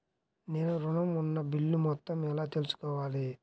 నేను ఋణం ఉన్న బిల్లు మొత్తం ఎలా తెలుసుకోవాలి?